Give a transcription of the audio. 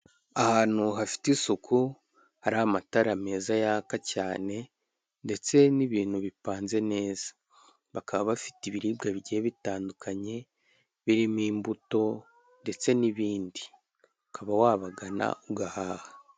Ahantu hafite isuku hari amatara meza yaka cyane ndetse n'ibintu bipanze neza bakaba bafite ibiribwa bigiye bitandukanye birimo imbuto ndetse n'ibindi ukaba wabagana ugahaha.